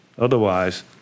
Otherwise